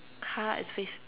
car is face